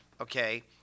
Okay